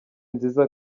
nziza